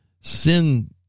Sin